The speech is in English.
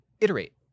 iterate